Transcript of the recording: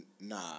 Nah